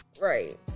Right